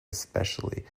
especially